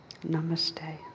Namaste